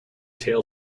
tail